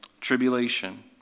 Tribulation